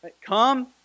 come